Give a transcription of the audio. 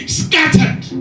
scattered